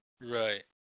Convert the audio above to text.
Right